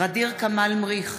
ע'דיר כמאל מריח,